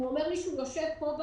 אם הוא אומר לי שהוא יושב במרכז,